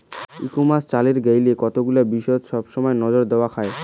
ই commerce চালের গেইলে কতুলা বিষয়ত সবসমাই নজর দ্যাওয়া খায়